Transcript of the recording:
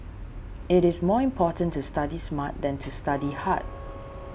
it is more important to study smart than to study hard